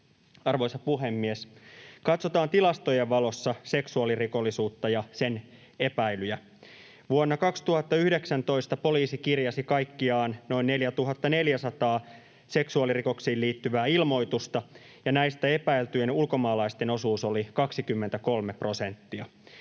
Arvoisa puhemies! Katsotaan tilastojen valossa seksuaalirikollisuutta ja sen epäilyjä: Vuonna 2019 poliisi kirjasi kaikkiaan noin 4 400 seksuaalirikoksiin liittyvää ilmoitusta, ja näistä epäiltyjen ulkomaalaisten osuus oli 23 prosenttia.